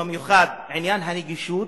במיוחד עניין הנגישות,